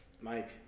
Mike